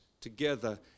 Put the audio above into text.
together